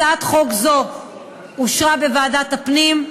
הצעת חוק זו אושרה בוועדת הפנים.